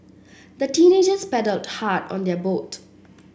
the teenagers paddled hard on their boat